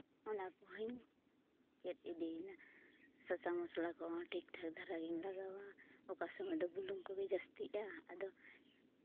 ᱚᱱᱟ ᱠᱚᱦᱚᱸᱧ ᱪᱮᱫ ᱤᱫᱤᱭᱮᱱᱟ ᱥᱟᱥᱟᱝ ᱢᱚᱥᱞᱟ ᱠᱚᱦᱚᱸ ᱴᱷᱤᱠ ᱴᱷᱟᱠ ᱫᱷᱟᱨᱟᱜᱤᱧ ᱞᱟᱜᱟᱣᱟ ᱚᱠᱟ ᱥᱚᱢᱚᱭ ᱫᱚ ᱵᱩᱞᱩᱝ ᱠᱚᱜᱮ ᱡᱟᱹᱥᱛᱤᱜᱼᱟ ᱟᱫᱚ